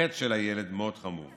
החטא של הילד מאוד חמור.